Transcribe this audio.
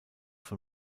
von